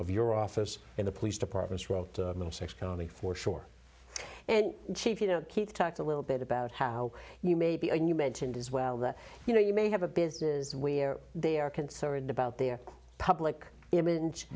of your office in the police department wrote middlesex county for sure and keep you know keep talked a little bit about how you may be and you mentioned as well that you know you may have a business where they are concerned about their public image